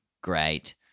great